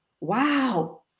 Wow